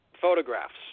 photographs